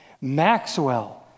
Maxwell